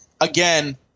again